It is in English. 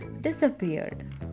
disappeared